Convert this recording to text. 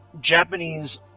Japanese